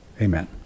Amen